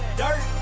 dirt